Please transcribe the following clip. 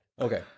Okay